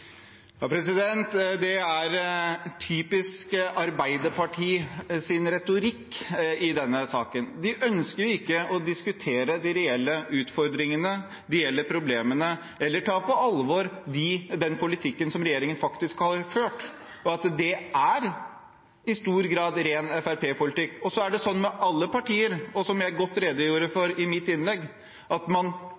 er typisk Arbeiderpartiets retorikk i denne saken. De ønsker ikke å diskutere de reelle utfordringene, de reelle problemene eller ta på alvor den politikken som regjeringen faktisk har ført, og at det i stor grad er ren Fremskrittsparti-politikk. Og så er det sånn, og det gjelder alle partier, som jeg redegjorde godt